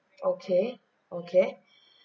okay okay